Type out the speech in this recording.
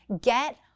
get